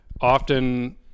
Often